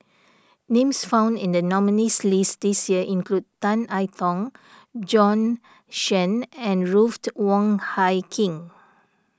names found in the nominees' list this year include Tan I Tong Bjorn Shen and Ruth Wong Hie King